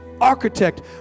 architect